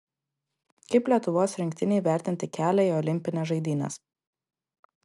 kaip lietuvos rinktinei vertinti kelią į olimpines žaidynes